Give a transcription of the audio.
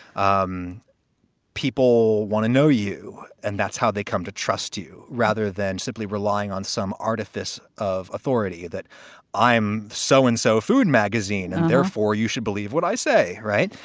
um people want to know you. and that's how they come to trust you rather than simply relying on some artifice of authority that i'm so-and-so so and so food magazine and therefore you should believe what i say. right.